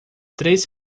três